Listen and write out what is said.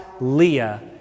Leah